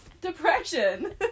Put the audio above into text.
depression